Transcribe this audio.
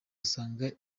asanga